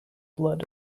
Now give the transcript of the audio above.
blood